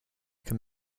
can